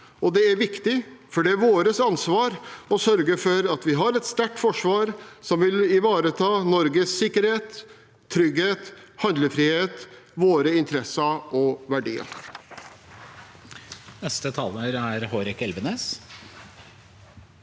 Det er viktig, for det er vårt ansvar å sørge for at vi har et sterkt forsvar som vil ivareta Norges sikkerhet, trygghet, handlefrihet, våre interesser og verdier.